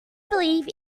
believe